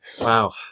Wow